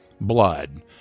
Blood